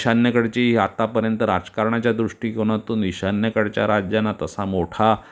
ईशान्येकडची आत्तापर्यंत राजकारणाच्या दृष्टिकोनातून ईशान्येकडच्या राज्यांना तसा मोठा